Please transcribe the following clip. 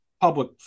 public